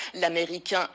l'américain